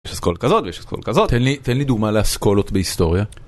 יש אסכולה כזאת ויש אסכולה כזאת. תן לי, תן לי דוגמה לאסכולות בהיסטוריה.